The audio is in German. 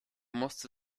musste